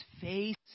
face